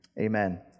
Amen